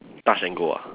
touch and go ah